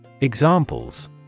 Examples